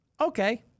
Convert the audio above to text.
Okay